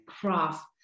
craft